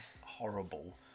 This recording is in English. horrible